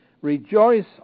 Rejoice